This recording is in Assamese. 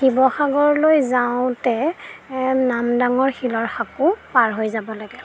শিৱসাগৰলৈ যাওঁতে নামদাঙৰ শিলৰ সাঁকো পাৰ হৈ যাব লাগে